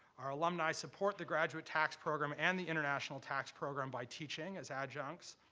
our alumni support the graduate tax program and the international tax program by teaching as adjuncts,